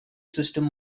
system